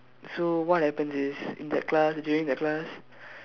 so what happen is in that class during that class